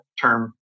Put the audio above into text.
term